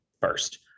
first